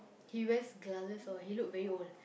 he wears glasses orh he look very old